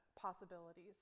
possibilities